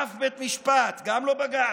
אף בית משפט, גם לא בג"ץ,